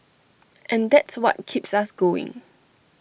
and that's what keeps us going